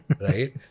right